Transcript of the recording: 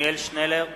עתניאל שנלר,